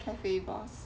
cafe boss